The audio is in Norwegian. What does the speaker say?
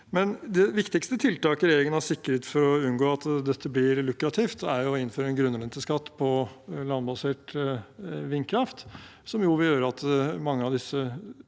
Det viktigste tiltaket regjeringen har innført for å unngå at dette blir lukrativt, er jo å innføre en grunnrenteskatt på landbasert vindkraft, som vil gjøre at mange av disse